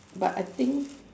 but I think